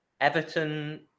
Everton